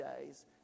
days